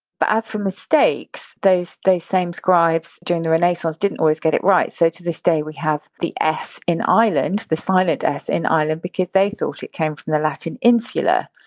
but as for mistakes, those same scribes during the renaissance didn't always get it right, so to this day we have the s in! island! the silent s in island because they thought it came from the latin insular.